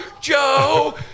Joe